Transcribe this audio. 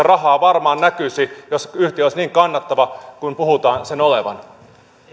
rahaa varmaan näkyisi jos yhtiö olisi niin kannattava kuin puhutaan sen olevan